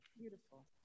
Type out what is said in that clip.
beautiful